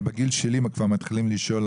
אבל בגיל שלי כבר מתחילים לשאול.